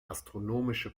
astronomische